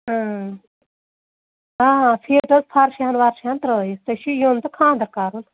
اۭں آ فٹ حظ فَرشہِ ہن وَرشہِ ہن ترٛٲیِتھ ژےٚ چھِ یُن تہٕ خانٛدَر کَرُن